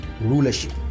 rulership